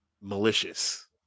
malicious